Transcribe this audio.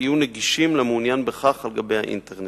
יהיו נגישים למעוניינים בכך באינטרנט.